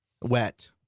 Wet